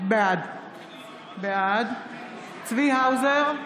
בעד צבי האוזר,